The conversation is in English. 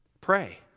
Pray